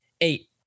eight